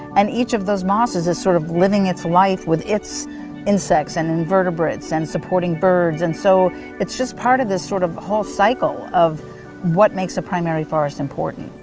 and each of those mosses is sort of living its life with its insects and invertebrates and supporting birds. and so it's just part of this sort of whole cycle of what makes a primary forest important